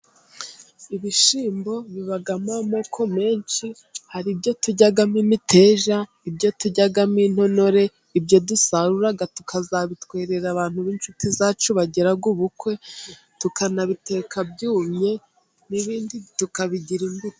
Ibishyimbo bibamo amoko menshi hari ibyo turymo imiteja ibyo turyamo intonore ibyo dusarura tukazabitwerera abantu b'inshuti zacu bagiraze ubukwe tukanabiteka byumye n'ibindi tukabigira imbuto.